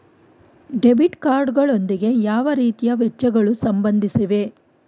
Debit card ಗಳೊಂದಿಗೆ ಯಾವ ರೀತಿಯ ವೆಚ್ಚಗಳು ಸಂಬಂಧಿಸಿವೆ?